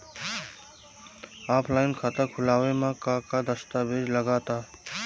Offline खाता खुलावे म का का दस्तावेज लगा ता?